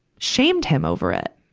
shamed him over it.